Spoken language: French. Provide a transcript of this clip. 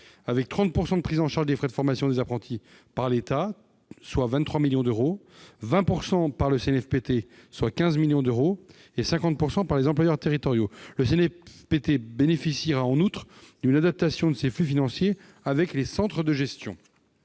soient pris en charge à hauteur de 30 % par l'État, soit 23 millions d'euros, de 20 % par le CNFPT, soit 15 millions d'euros, et de 50 % par les employeurs territoriaux. Le CNFPT bénéficierait, en outre, d'une adaptation de ses flux financiers avec les centres de gestion.